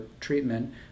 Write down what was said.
treatment